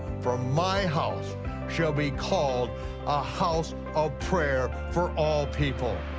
for my house shall be called a house of prayer for all people.